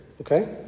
Okay